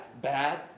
bad